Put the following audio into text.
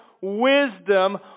wisdom